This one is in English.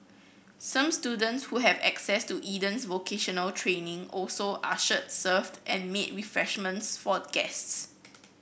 some students who have had access to Eden's vocational training also ushered served and made refreshments for guests